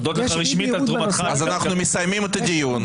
אנחנו מסיימים את הדיון,